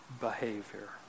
behavior